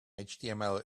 html